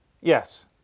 Yes